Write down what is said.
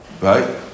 Right